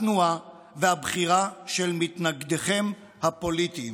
התנועה והבחירה של מתנגדיכם הפוליטיים.